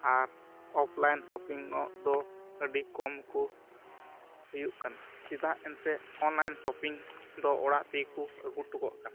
ᱟᱨ offline ᱥᱚᱯᱤᱝᱚᱜ ᱫᱚ ᱟᱹᱰᱤ ᱠᱚᱢ ᱠᱚ ᱦᱩᱭᱩᱜ ᱠᱟᱱᱟ ᱪᱮᱫᱟᱜ ᱮᱱᱛᱮᱫ ᱚᱱᱞᱟᱭᱤᱱ ᱥᱚᱯᱤᱝ ᱫᱚ ᱚᱲᱟᱜ ᱛᱮᱠᱚ ᱟᱹᱜᱩ ᱦᱚᱴᱚ ᱠᱟᱜ ᱠᱟᱱᱟ